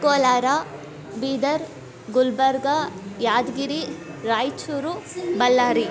Kolar Bidar Gulbarga Yadgir Raichur Ballari